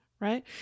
right